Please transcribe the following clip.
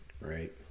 Right